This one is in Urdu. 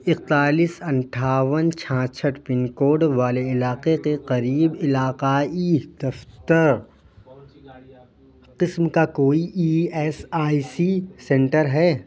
اکتالیس اٹھاون چھیاسٹھ پن کوڈ والے علاقے کے قریب علاقائی دفتر قسم کا کوئی E S I C centre ہے